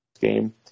game